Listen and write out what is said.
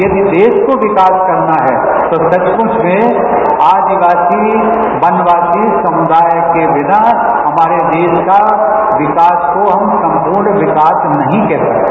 यदि देश को विकास करना है तो सचमुच में आदिवासी वनवासी समुदाय के बिना हमारे देश के विकास को हम संपूर्ण विकास नहीं कह सकते